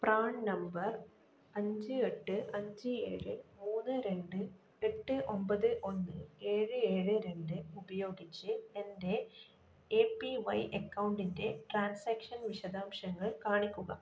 PRAN number അഞ്ച് എട്ട് അഞ്ച് ഏഴ് മൂന്ന് രണ്ട് എട്ട് ഒമ്പത് ഒന്ന് ഏഴ് ഏഴ് രണ്ട് ഉപയോഗിച്ച് എൻ്റെ എ പി വൈ അക്കൗണ്ടിൻ്റെ ട്രാൻസാക്ഷൻ വിശദാംശങ്ങൾ കാണിക്കുക